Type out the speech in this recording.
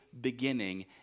beginning